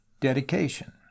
Dedication